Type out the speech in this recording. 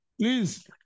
Please